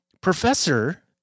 professor